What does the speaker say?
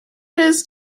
his